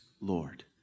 Lord